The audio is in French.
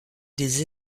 des